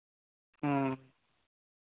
ᱦᱮᱸ